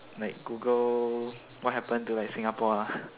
like Google what happen to like Singapore ah